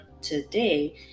today